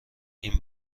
این